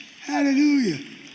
Hallelujah